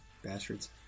bastards